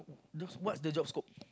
those what's the job scope